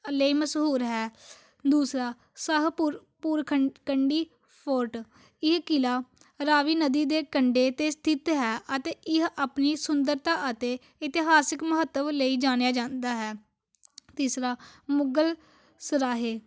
ਲਈ ਮਸ਼ਹੂਰ ਹੈ ਦੂਸਰਾ ਸ਼ਾਹਪੁਰ ਪੁਰਖੜ ਕੰਡੀ ਫੋਟ ਇਹ ਕਿਲ੍ਹਾ ਰਾਵੀ ਨਦੀ ਦੇ ਕੰਢੇ 'ਤੇ ਸਥਿਤ ਹੈ ਅਤੇ ਇਹ ਆਪਣੀ ਸੁੰਦਰਤਾ ਅਤੇ ਇਤਿਹਾਸਿਕ ਮਹੱਤਵ ਲਈ ਜਾਣਿਆ ਜਾਂਦਾ ਹੈ ਤੀਸਰਾ ਮੁਗਲ ਸਰਾਏ